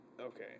Okay